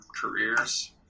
careers